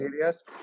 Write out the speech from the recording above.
areas